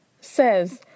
says